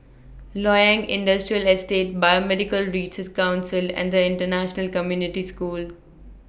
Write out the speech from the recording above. Loyang Industrial Estate Biomedical Research Council and International Community School